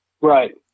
Right